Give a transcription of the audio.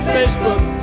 Facebook